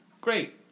Great